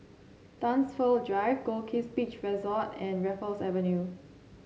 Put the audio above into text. Dunsfold Drive Goldkist Beach Resort and Raffles Avenue